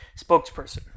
spokesperson